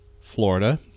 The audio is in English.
Florida